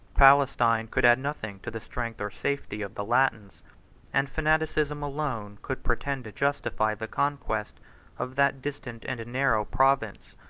palestine could add nothing to the strength or safety of the latins and fanaticism alone could pretend to justify the conquest of that distant and narrow province.